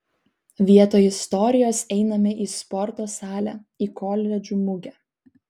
vietoj istorijos einame į sporto salę į koledžų mugę